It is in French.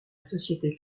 société